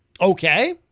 Okay